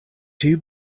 too